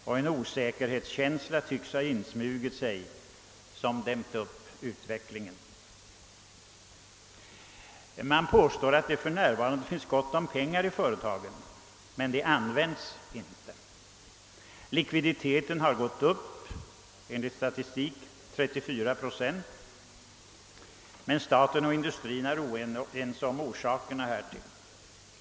En viss osäkerhetskänsla tycks ha insmugit sig, som dämt upp utvecklingen. Det påstås att det för närvarande finns gott om pengar i företagen men att pengarna inte används. Likviditeten har gått upp — enligt statistiken med 34 procent — men staten och industrin är oense om orsakerna härtill.